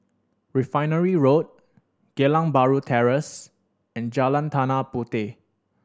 Refinery Road Geylang Bahru Terrace and Jalan Tanah Puteh